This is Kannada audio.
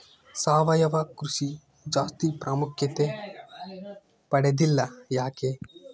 ಸಾವಯವ ಕೃಷಿ ಜಾಸ್ತಿ ಪ್ರಾಮುಖ್ಯತೆ ಪಡೆದಿಲ್ಲ ಯಾಕೆ?